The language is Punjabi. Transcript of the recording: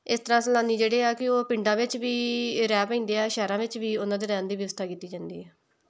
ਇਸ ਤਰ੍ਹਾਂ ਸੈਲਾਨੀ ਜਿਹੜੇ ਆ ਕਿ ਉਹ ਪਿੰਡਾਂ ਵਿੱਚ ਵੀ ਰਹਿ ਪੈਂਦੇ ਆ ਸ਼ਹਿਰਾਂ ਵਿੱਚ ਵੀ ਉਹਨਾਂ ਦੇ ਰਹਿਣ ਦੀ ਵਿਵਸਥਾ ਕੀਤੀ ਜਾਂਦੀ ਆ